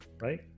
Right